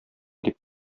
дип